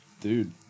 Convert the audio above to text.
Dude